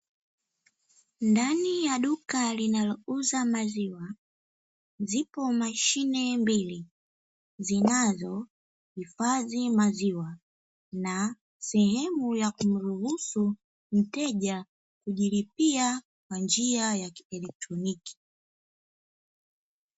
Ndani ya duka linayouza maziwa zipo mashine mbili zinazo hifadhi maziwa, na sehemu ya kuruhusu mteja kujilipia kwa njia ya kieckitroniki.